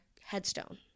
headstone